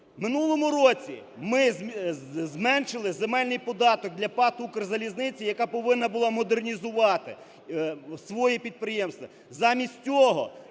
минулому році ми зменшили земельний податок для ПАТ "Укрзалізниця", яка повинна була модернізувати свої підприємства.